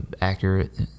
accurate